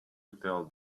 tell